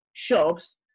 shops